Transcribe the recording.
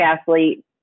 athlete